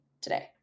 today